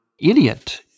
idiot